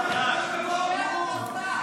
איפה הממלכתיות?